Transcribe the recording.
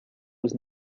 was